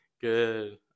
Good